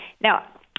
Now